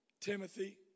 Timothy